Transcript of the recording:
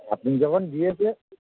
আপনি যখন দিয়েছেন